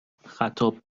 خطاب